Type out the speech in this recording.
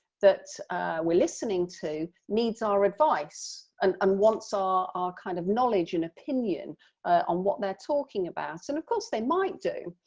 that we're listening to needs our advice and and wants ah our kind of knowledge and opinion on what they're talking about and, of course, they might do